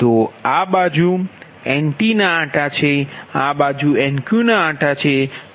તો આ બાજુ Ntના આંટા છે આ બાજુ Nq ના આંટા છે